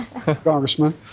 Congressman